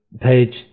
page